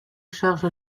charge